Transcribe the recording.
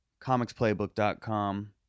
Comicsplaybook.com